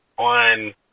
on